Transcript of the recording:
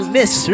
Miss